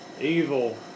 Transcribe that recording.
Evil